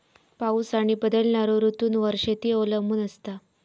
पाऊस आणि बदलणारो ऋतूंवर शेती अवलंबून असता